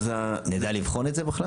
נדע לבחון את זה בכלל?